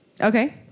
Okay